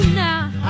now